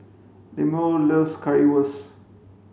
Lemuel loves Currywurst